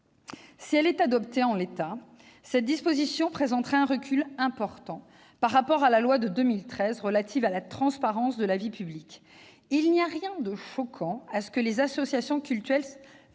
Si elle est adoptée en l'état, cette disposition constituera un recul important par rapport à la loi de 2013 relative à la transparence de la vie publique. Il n'y a rien de choquant à ce que les associations cultuelles